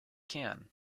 can